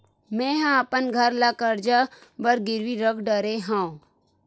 मेहा अपन घर ला कर्जा बर गिरवी रख डरे हव